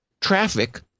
traffic